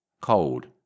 Cold